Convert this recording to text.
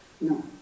no